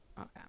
Okay